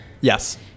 Yes